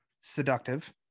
Seductive